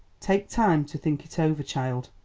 take time to think it over, child,